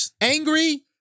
angry